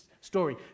story